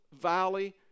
valley